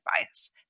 bias